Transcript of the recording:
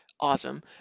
Awesome